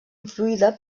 influïda